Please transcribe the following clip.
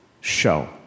show